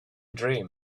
dream